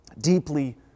Deeply